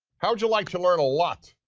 how would you like to learn a lot,